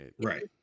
Right